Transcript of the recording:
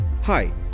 Hi